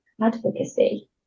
advocacy